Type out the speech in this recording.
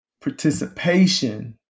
participation